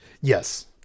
Yes